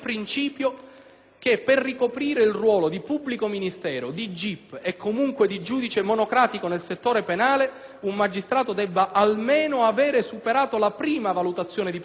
che per ricoprire il ruolo di pubblico ministero, di GIP e comunque di giudice monocratico nel settore penale, un magistrato debba almeno aver superato la prima valutazione di professionalità.